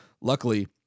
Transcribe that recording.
luckily